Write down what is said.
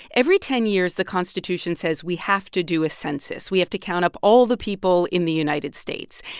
every ten years, the constitution says we have to do a census. we have to count up all the people in the united states.